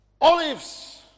Olives